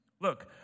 Look